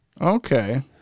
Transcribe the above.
okay